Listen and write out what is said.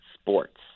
sports